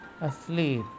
asleep